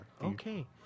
Okay